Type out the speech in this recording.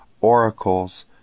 oracles